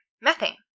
methane